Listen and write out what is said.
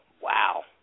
wow